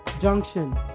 Junction